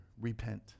Repent